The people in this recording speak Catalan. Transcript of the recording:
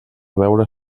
veure